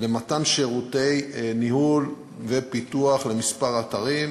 למתן שירותי ניהול ופיתוח לכמה אתרים.